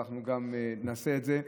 אבל נעשה את זה.